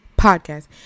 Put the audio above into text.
Podcast